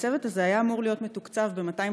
הצוות הזה היה אמור להיות מתוקצב ב-250